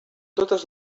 totes